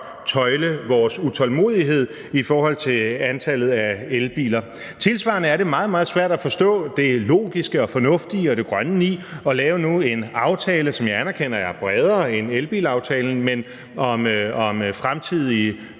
tøjle vores utålmodighed i forhold til antallet af elbiler. Tilsvarende er det meget, meget svært at forstå det logiske og det fornuftige og det grønne i nu at lave en aftale, som jeg anerkender er bredere end elbilaftalen, om fremtidige